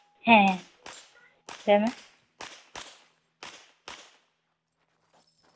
ᱦᱮᱸ ᱞᱟᱹᱭᱢᱮ